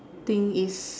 thing is